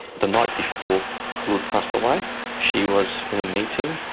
the night before khulod passed away she was in a meeting,